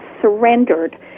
surrendered